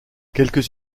quelques